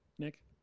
Nick